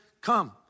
come